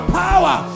power